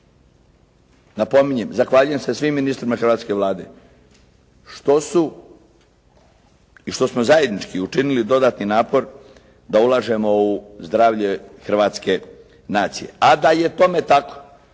Napominjem, zahvaljujem se svim ministrima hrvatske Vlade što su i što smo zajednički učinili dodatni napor da ulažemo u zdravlje hrvatske nacije. A da je tome tako